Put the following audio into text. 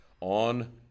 on